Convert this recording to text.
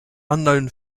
unknown